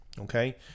okay